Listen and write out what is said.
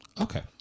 Okay